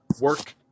work